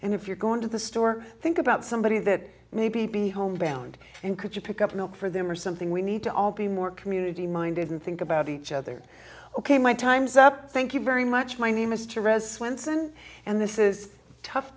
and if you're going to the store think about somebody that maybe be homebound and could you pick up milk for them or something we need to all be more community minded and think about each other ok my time's up thank you very much money mr rez swenson and this is tough